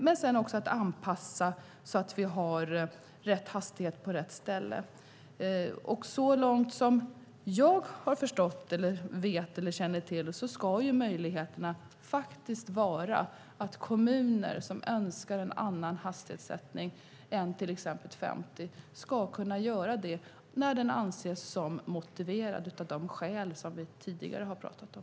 Sedan gäller det också att anpassa så att vi har rätt hastighet på rätt ställe. Såvitt jag känner till ska kommuner som önskar en annan hastighetssättning än till exempel 50 kunna ha det om det anses motiverat av de skäl som vi tidigare har talat om.